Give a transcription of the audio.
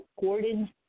Gordon